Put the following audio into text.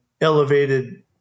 elevated